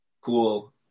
Cool